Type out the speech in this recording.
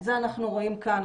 את זה אנחנו רואים כאן.